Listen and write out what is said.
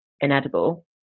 inedible